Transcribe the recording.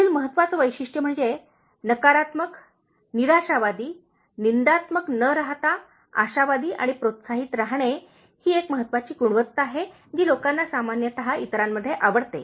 पुढील महत्त्वाचे वैशिष्ट्य म्हणजे नकारात्मक निराशावादी निंदात्मक न राहता आशावादी आणि प्रोत्साहित राहणे ही एक महत्त्वाची गुणवत्ता आहे जी लोकांना सामान्यत इतरांमध्ये आवडते